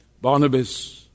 Barnabas